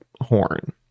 horn